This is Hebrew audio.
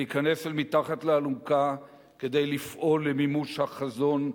להיכנס אל מתחת לאלונקה כדי לפעול למימוש החזון,